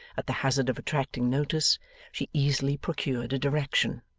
at the hazard of attracting notice she easily procured a direction.